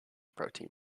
protein